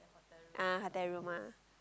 ah hotel room ah